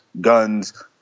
guns